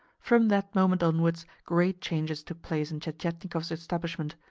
from that moment onwards great changes took place in tientietnikov's establishment,